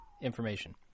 information